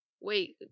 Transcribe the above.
wait